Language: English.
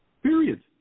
Period